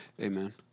Amen